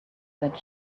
that